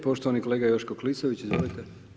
Poštovani kolega Joško Klisović, izvolite.